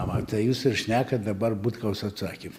matai jūs ir šnekat dabar butkaus atsakym